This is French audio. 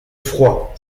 froid